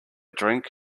drink